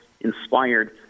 inspired